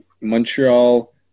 Montreal